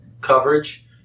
coverage